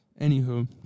Anywho